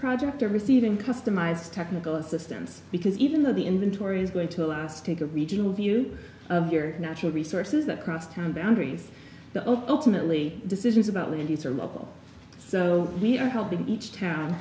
project are receiving customized technical assistance because even though the inventory is going to last take a regional view of your natural resources across town boundaries the ultimate lee decisions about when these are local so we are helping each town